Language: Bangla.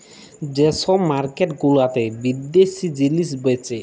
যে ছব মার্কেট গুলাতে বিদ্যাশি জিলিস বেঁচে